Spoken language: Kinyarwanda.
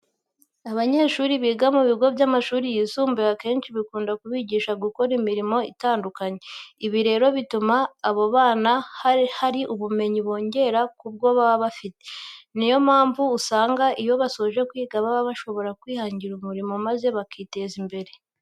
Abanyeshuri biga mu bigo by'amashuri yisumbuye akenshi bikunda kubigisha gukora imirimo itandukanye. Ibi rero bituma aba bana hari ubumenyi bongera ku bwo baba bafite. Ni yo mpamvu usanga iyo basoje kwiga baba bashobora kwihangira umurimo maze bakiteza imbere.